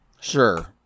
Sure